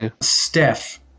Steph